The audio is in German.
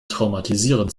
traumatisierend